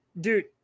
dude